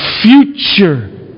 future